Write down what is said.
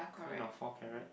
kind of four carrot